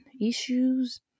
issues